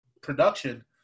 production